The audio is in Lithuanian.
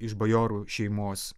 iš bajorų šeimos